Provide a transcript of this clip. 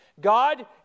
God